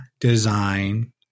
design